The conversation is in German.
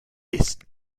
ist